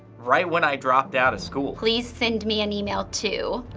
right when i dropped out of school. please send me an email to.